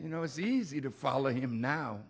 you know it's easy to follow him now